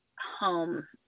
home